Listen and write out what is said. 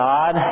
God